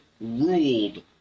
ruled